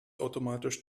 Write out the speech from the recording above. automatisch